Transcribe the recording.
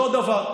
אותו דבר.